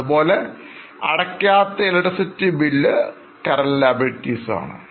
അതുപോലെ അടയ്ക്കാത്ത electricity bill Current Liabilities ആണ്